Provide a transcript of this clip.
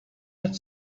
not